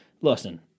listen